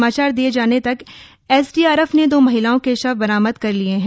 समाचार दिए जाने तक एसडीआरएफ ने दो महिलाओं के शव बरामद कर लिये हैं